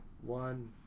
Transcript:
One